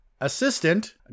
assistant